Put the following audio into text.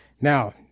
Now